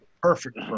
perfect